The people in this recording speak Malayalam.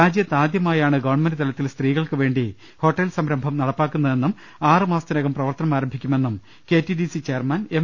രാജ്യത്ത് ആദ്യമാ യാണ് ഗവൺമെന്റ് തലത്തിൽ സ്ത്രീകൾക്ക് വേണ്ടി ഹോട്ടൽ സംരംഭം നടപ്പാക്കുന്നതെന്നും ആറ് മാസത്തിനകം പ്രവർത്തനം ആരംഭിക്കുമെന്നും K T D C chairman M